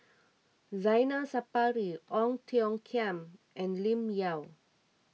Zainal Sapari Ong Tiong Khiam and Lim Yau